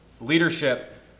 leadership